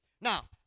Now